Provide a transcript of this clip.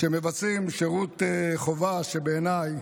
שמבצעים שירות חובה, שבעיניי